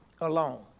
alone